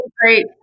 great